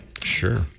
Sure